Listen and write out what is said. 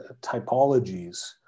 typologies